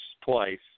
twice